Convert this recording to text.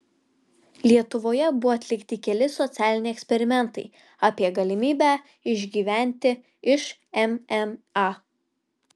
lietuvoje buvo atlikti keli socialiniai eksperimentai apie galimybę išgyventi iš mma